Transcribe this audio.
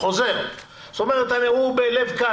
בלב קל,